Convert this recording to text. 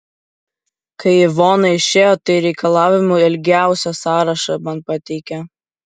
kai ivona išėjo tai reikalavimų ilgiausią sąrašą man pateikė